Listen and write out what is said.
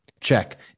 Check